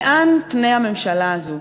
לאן פני הממשלה הזו?